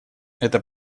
это